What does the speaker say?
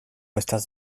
estas